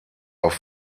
auf